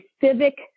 civic